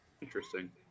Interesting